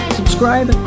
subscribe